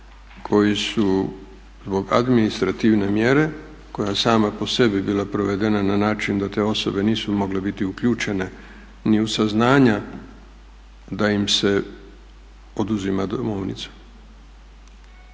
koji su zbog administrativne mjere koja je sama po sebi bila provedena na način da te osobe nisu mogle biti uključene ni u saznanja da im se oduzima domovnica